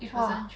!wah!